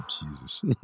Jesus